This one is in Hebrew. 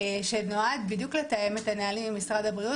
שנועד בדיוק לתאם את הנהלים עם משרד הבריאות